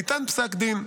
ניתן פסק דין,